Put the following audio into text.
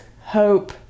hope